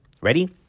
Ready